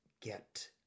get